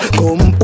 come